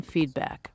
Feedback